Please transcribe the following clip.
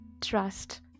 trust